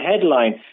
headline